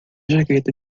jaqueta